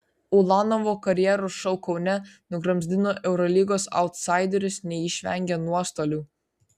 ulanovo karjeros šou kaune nugramzdino eurolygos autsaiderius neišvengė nuostolių